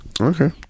Okay